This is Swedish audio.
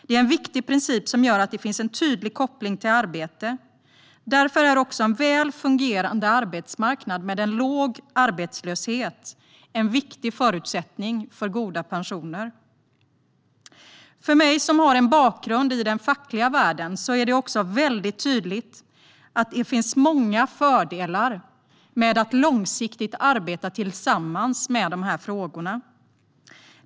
Det är en viktig princip som gör att det finns en tydlig koppling till arbete. Därför är också en väl fungerande arbetsmarknad med en låg arbetslöshet en viktig förutsättning för goda pensioner. För mig som har en bakgrund i den fackliga världen är det också mycket tydligt att det finns många fördelar med att långsiktigt arbeta tillsammans med dessa frågor.